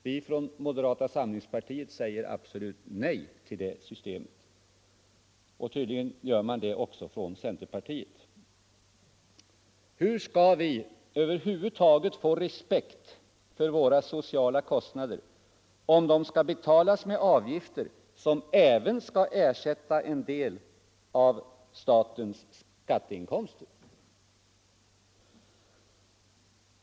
Vi från moderata samlingspartiet säger absolut nej till det systemet. Tydligen gör man det också i centerpartiet. Hur skall vi över huvud taget få respekt för våra sociala kostnader, om de skall betalas med avgifter som även skall ersätta en del av statens skatteinkomster?